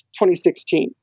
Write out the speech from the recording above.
2016